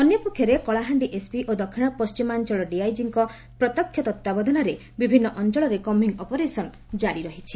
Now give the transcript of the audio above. ଅନ୍ୟପକ୍ଷରେ କଳାହାଣ୍ଡି ଏସ୍ପି ଓ ଦକ୍ଷିଣ ପଣ୍ଟିମାଞ୍ଞଳ ଡିଆଇଜିଙ୍କ ପ୍ରତ୍ୟକ୍ଷ ତତ୍ତାବଧାନରେ ବିଭିନ୍ନ ଅଞ୍ଞଳରେ କମ୍ମଂ ଅପରେସନ୍ ଜାରି ରହିଛି